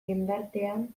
jendartean